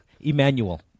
Emmanuel